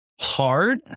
hard